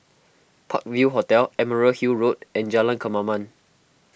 Park View Hotel Emerald Hill Road and Jalan Kemaman